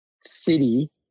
city